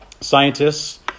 Scientists